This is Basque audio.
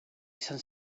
izan